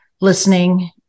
listening